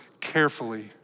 carefully